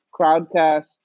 crowdcast